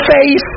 face